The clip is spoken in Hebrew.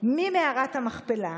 ממערת המכפלה,